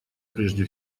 прежде